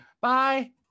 Bye